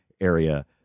area